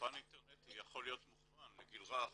אולפן אינטרנטי יכול להיות מוכוון לגיל רך,